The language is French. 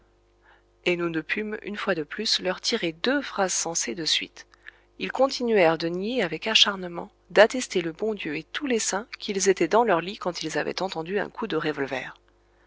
et nous ne pûmes une fois de plus leur tirer deux phrases sensées de suite ils continuèrent de nier avec acharnement d'attester le bon dieu et tous les saints qu'ils étaient dans leur lit quand ils avaient entendu un coup de revolver